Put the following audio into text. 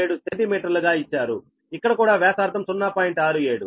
67సెంటీమీటర్లు గా ఇచ్చారు ఇక్కడ కూడా వ్యాసార్థం 0